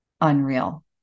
unreal